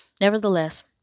Nevertheless